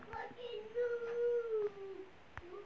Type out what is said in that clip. मसूर की पैदावार सबसे अधिक किस किश्त में होती है?